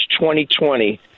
2020